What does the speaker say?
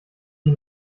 die